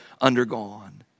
undergone